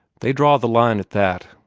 they draw the line at that.